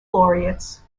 laureates